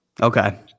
Okay